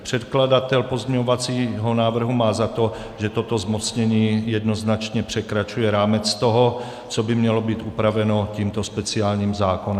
Předkladatel pozměňovacího návrhu má za to, že toto zmocnění jednoznačně překračuje rámec toho, co by mělo být upraveno tímto speciálním zákonem.